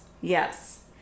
yes